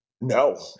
No